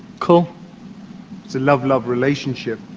cool. it's a love-love relationship.